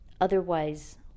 Otherwise